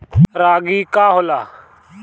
रागी का होला?